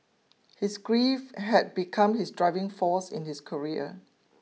his grief had become his driving force in his career